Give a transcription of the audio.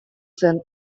zen